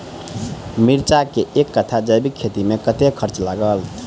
मिर्चा केँ एक कट्ठा जैविक खेती मे कतेक खर्च लागत?